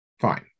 Fine